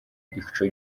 ico